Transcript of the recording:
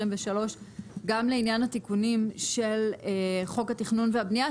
גם לעניין התיקונים של חוק התכנון והבנייה,